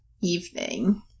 evening